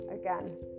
again